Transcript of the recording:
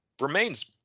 remains